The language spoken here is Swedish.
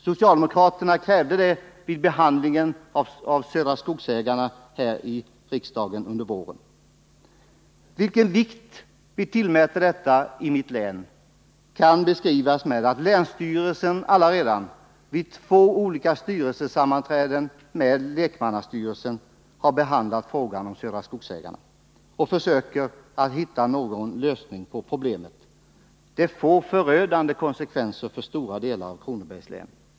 Socialdemokraterna krävde en sådan vid behandlingen av ärendet om Södra Skogsägarna här i riksdagen under våren. Vilken vikt vi i mitt län tillmäter detta krav kan beskrivas med att länsstyrelsen allaredan vid två olika sammanträden med lekmannastyrelsen har behandlat frågan om Södra Skogsägarna och att länsstyrelsen försöker hitta en lösning på problemet. Nedläggningarna skulle få förödande konsekvenser för stora delar av Kronobergs län.